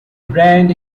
brand